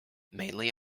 mainly